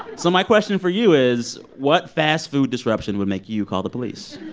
so my question for you is, what fast food disruption would make you call the police?